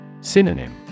Synonym